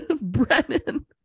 Brennan